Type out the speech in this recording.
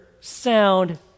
sound